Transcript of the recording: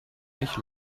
ich